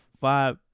five